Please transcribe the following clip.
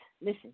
listen